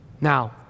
Now